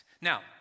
Now